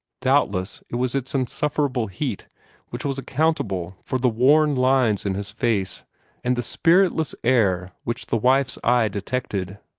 doubtless it was its insufferable heat which was accountable for the worn lines in his face and the spiritless air which the wife's eye detected.